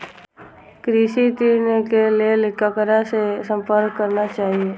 कृषि ऋण के लेल ककरा से संपर्क करना चाही?